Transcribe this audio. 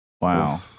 Wow